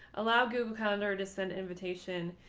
allow google calendar to send invitation.